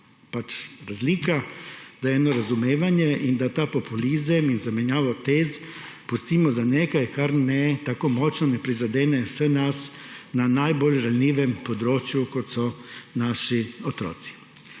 ni razlika, da je eno razumevanje in da ta populizem in zamenjavo tez pustimo za nekaj, kar ne prizadene tako močno vseh nas na najbolj ranljivem področju, kot so naši otroci.